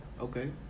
Okay